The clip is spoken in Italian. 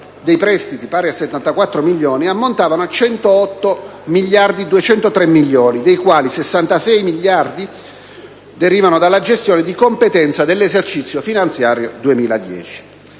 dei prestiti (pari a 74 milioni), ammontavano a 108.203 milioni, dei quali 66.686 milioni derivano dalla gestione di competenza dell'esercizio finanziario 2010.